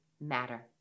matter